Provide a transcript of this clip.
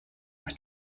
auf